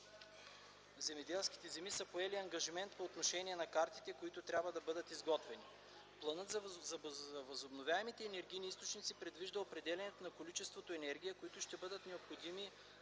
земеделските земи са поели ангажимент по отношение на картите, които трябва да бъдат изготвени. Планът за възобновяемите енергийни източници предвижда определянето на количеството енергия, които ще бъдат необходими